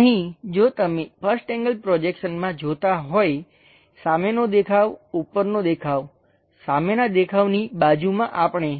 અહીં જો તમે 1st એન્ગલ પ્રોજેક્શનમાં જોતાં હોય સામેનો દેખાવ ઉપરનો દેખાવ સામેના દેખાવની બાજુમાં આપણી